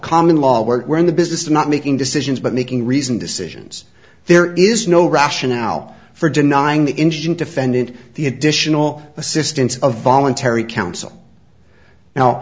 common law where we're in the business of not making decisions but making reasoned decisions there is no rationale for denying the engine defendant the additional assistance of voluntary counsel now